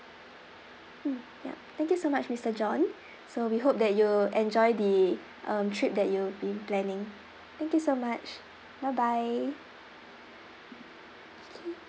mm yup thank you so much mister john so we hope that you'll enjoy the um trip that you've been planning thank you so much bye bye K